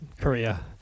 korea